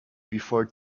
before